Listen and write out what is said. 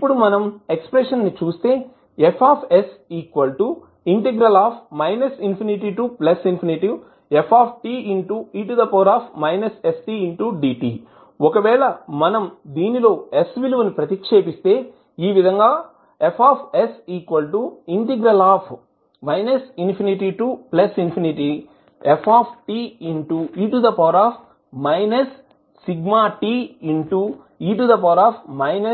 ఇప్పుడు మనం ఎక్స్ప్రెషన్ చుస్తే ఒకవేళ మనం దీనిలో s విలువని ప్రతిక్షేపిస్తే ఈ విధంగా